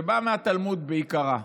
שבאה מהתלמוד בעיקרה.